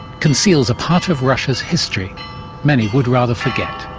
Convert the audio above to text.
conceals a part of russia's history many would rather forget.